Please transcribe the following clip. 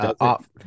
off